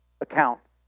accounts